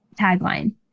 tagline